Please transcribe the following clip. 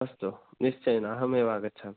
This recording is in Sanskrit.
अस्तु निश्चयेन अहमेव आगच्छ